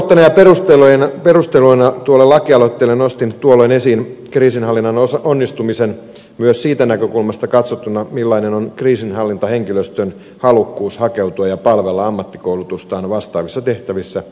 lähtökohtana ja perusteluina tuolle lakialoitteelle nostin tuolloin esiin kriisinhallinnan onnistumisen myös siitä näkökulmasta katsottuna millainen on kriisinhallintahenkilöstön halukkuus hakeutua ja palvella ammattikoulutustaan vastaavissa tehtävissä kriisialueilla